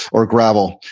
or gravel.